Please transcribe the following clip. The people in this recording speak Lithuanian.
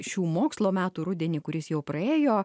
šių mokslo metų rudenį kuris jau praėjo